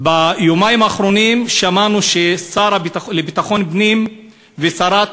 ביומיים האחרונים שמענו שהשר לביטחון הפנים ושרת